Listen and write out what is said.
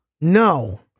no